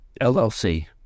LLC